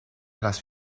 las